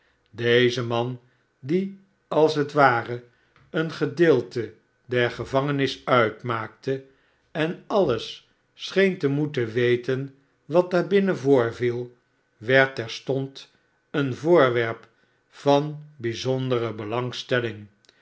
deze man die als het ware een gedeelte der gevangenis uitmaakte en alles scheen te moeten weten wat daar binnen voorviel werd terstond een voorwerp van bijzondere belangstelling